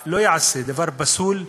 שלא ייעשה, דבר פסול,